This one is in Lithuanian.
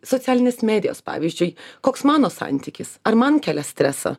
socialinės medijos pavyzdžiui koks mano santykis ar man kelia stresą